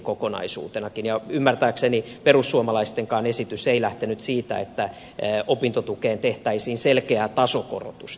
ja ymmärtääkseni perussuomalaistenkaan esitys ei lähtenyt siitä että opintotukeen tehtäisiin selkeää tasokorotusta